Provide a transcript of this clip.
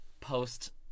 post